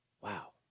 Wow